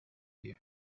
you